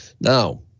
Now